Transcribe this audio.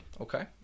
Okay